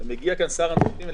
מגיע שר המשפטים,